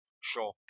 Sure